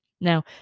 Now